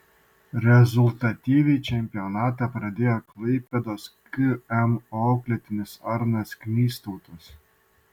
rezultatyviai čempionatą pradėjo klaipėdos km auklėtinis arnas knystautas